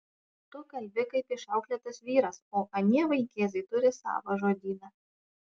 tu kalbi kaip išauklėtas vyras o anie vaikėzai turi savą žodyną